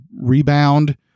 rebound